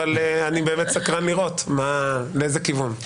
אבל אני באמת סקרן לראות לאיזה כיוון.